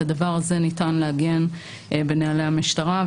את הדבר הזה ניתן לעגן בנהלי המשטרה,